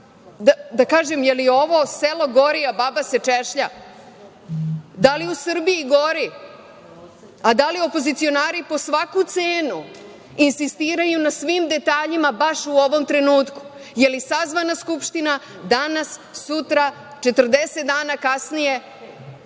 da kažem – da li je ovo „Selo gori, a baba se češlja“?Da li u Srbiji gori, a da li opozicionari po svaku cenu insistiraju na svim detaljima baš u ovom trenutku? Da li je sazvana Skupština danas, sutra, 40 dana kasnije?